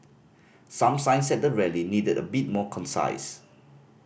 some signs at the rally needed a bit more concise